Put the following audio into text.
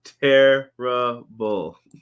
Terrible